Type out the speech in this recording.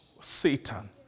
Satan